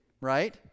right